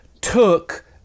took